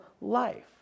life